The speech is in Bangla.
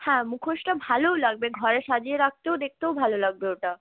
হ্যাঁ মুখোশটা ভালোও লাগবে ঘরে সাজিয়ে রাখতেও দেখতেও ভালো লাগবে ওটা